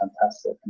fantastic